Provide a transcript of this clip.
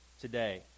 today